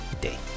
day